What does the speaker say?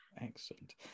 Excellent